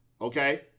okay